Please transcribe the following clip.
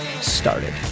started